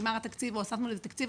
נגמר התקציב, אז הוספנו לזה תקציב.